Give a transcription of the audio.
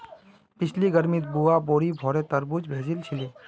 पिछली गर्मीत बुआ बोरी भोरे तरबूज भेजिल छिले